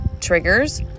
triggers